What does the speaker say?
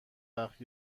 وقت